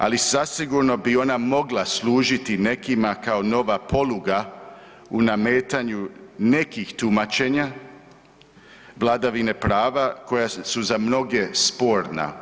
Ali zasigurno bi ona mogla služiti nekima kao nova poluga u nametanju nekih tumačenja vladavine prava koja su za mnoge sporna.